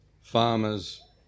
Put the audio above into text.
farmers